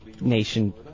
nation